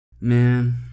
Man